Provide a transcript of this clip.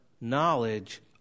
knowledge